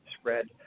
spread